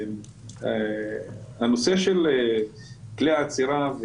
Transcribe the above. הנושא של כלי אצירה,